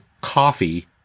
coffee